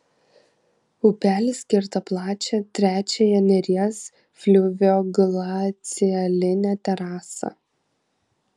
upelis kerta plačią trečiąją neries fliuvioglacialinę terasą